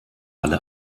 alle